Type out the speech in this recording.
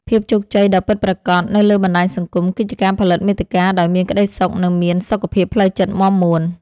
ភាពជោគជ័យដ៏ពិតប្រាកដនៅលើបណ្ដាញសង្គម គឺជាការផលិតមាតិកាដោយមានក្ដីសុខ និងមានសុខភាពផ្លូវចិត្តមាំមួន។